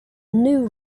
new